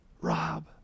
Rob